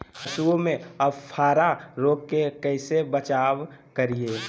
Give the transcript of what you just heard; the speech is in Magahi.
पशुओं में अफारा रोग से कैसे बचाव करिये?